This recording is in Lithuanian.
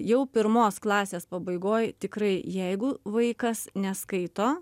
jau pirmos klasės pabaigoj tikrai jeigu vaikas neskaito